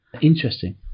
Interesting